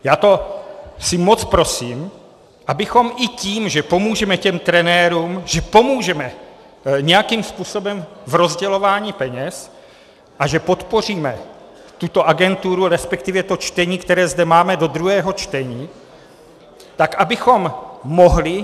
Já moc prosím, abychom i tím, že pomůžeme těm trenérům, že pomůžeme nějakým způsobem v rozdělování peněz a že podpoříme tuto agenturu, respektive to čtení, které zde máme do druhého čtení, tak abychom mohli naplnit